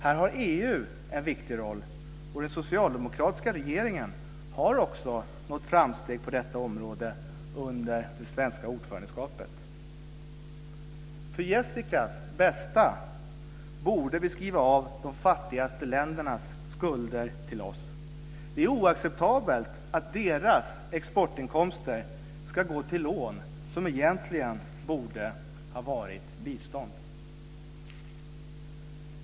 Här har EU en viktig roll, och den socialdemokratiska regeringen har också nått framsteg på detta område under det svenska ordförandeskapet. För Jessicas bästa borde vi skriva av de fattigaste ländernas skulder till oss. Det är oacceptabelt att deras exportinkomster ska gå till lån som egentligen borde ha varit bistånd.